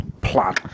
plan